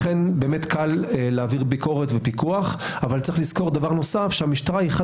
לכן קל להעביר ביקורת ופיקוח אבל יש לזכור שהמשטרה היא אחד